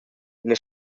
ina